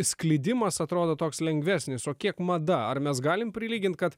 sklidimas atrodo toks lengvesnis o kiek mada ar mes galim prilygint kad